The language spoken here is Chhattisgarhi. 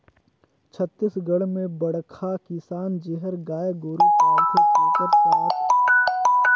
छत्तीसगढ़ में बड़खा किसान जेहर गाय गोरू पालथे तेखर साथ मे सब्बो गाय गोरू पलइया किसान मन बर गोधन न्याय योजना सुरू करिस हे